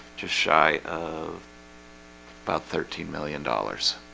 just shy of about thirteen million dollars